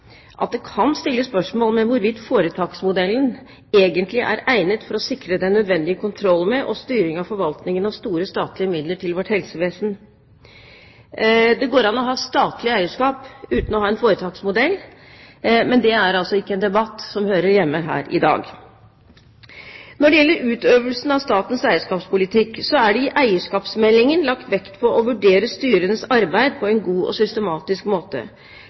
at det kan stilles spørsmål ved hvorvidt foretaksmodellen egentlig er egnet for å sikre den nødvendige kontroll med og styring av forvaltningen av store statlige midler til vårt helsevesen. Det går an å ha statlig eierskap uten å ha en foretaksmodell. Men det er altså en debatt som ikke hører hjemme her i dag. Når det gjelder utøvelsen av statens eierskapspolitikk, er det i eierskapsmeldingen lagt vekt på å vurdere styrenes arbeid på en god og systematisk måte.